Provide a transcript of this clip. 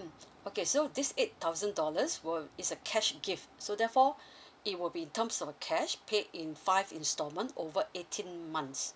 mmhmm okay so this eight thousand dollars will is a cash gift so therefore it will be in terms of cash paid in five installment over eighteen months